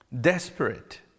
Desperate